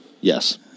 Yes